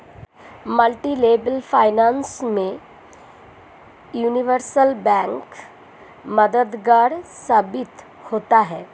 multilevel finance में universal bank मददगार साबित होता है